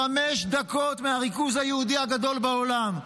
חמש דקות מהריכוז היהודי הגדול בעולם,